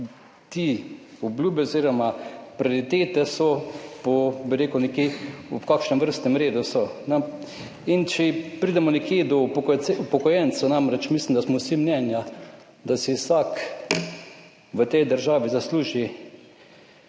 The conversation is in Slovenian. te obljube oziroma prioritete so, bi rekel, nekje v kakšnem vrstnem redu so nam. Če pridemo nekje do upokojen upokojencev, namreč mislim, da smo vsi mnenja, da si vsak v tej državi zasluži